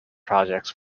projects